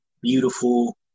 beautiful